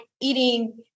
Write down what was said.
eating